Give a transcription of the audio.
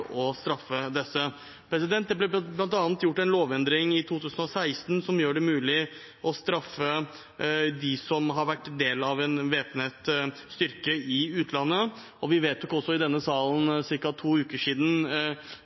å straffe disse. Det ble bl.a. gjort en lovendring i 2016 som gjør det mulig å straffe dem som har vært en del av en væpnet styrke i utlandet, og vi vedtok også i denne salen for ca. to uker siden